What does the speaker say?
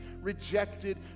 rejected